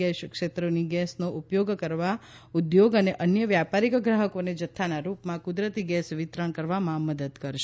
gas ક્ષેત્રોથી ગેસનો ઉપયોગ કરવા ઉદ્યોગો અને અન્ય વ્યાપારીક ગ્રાહકોને જથ્થાના રૂપમાં કુદરતી ગેસ વિતરણ કરવામાં મદદ કરશે